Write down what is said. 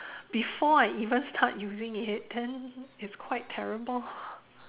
before I even start using it then it's quite terrible